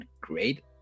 great